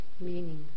meaning